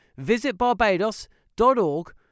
visitbarbados.org